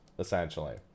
essentially